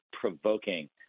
provoking